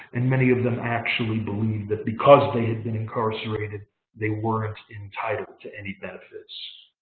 and many of them actually believed that because they had been incarcerated they weren't entitled to any benefits.